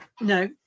No